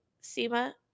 SEMA